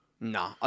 No